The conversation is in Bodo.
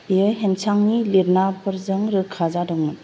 बेयो हेनसांनि लिरनाफोरजों रोखा जादोंमोन